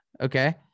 Okay